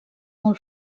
molt